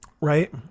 Right